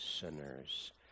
sinners